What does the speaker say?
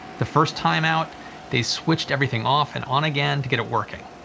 the first time out they switched everything off and on again to get it working.